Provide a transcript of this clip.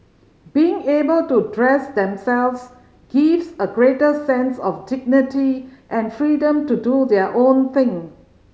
being able to dress themselves gives a greater sense of dignity and freedom to do their own thing